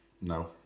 No